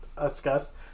discuss